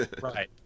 right